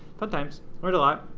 fun times, learned a lot.